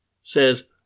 says